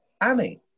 Annie